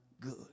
good